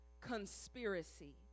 conspiracy